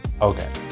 Okay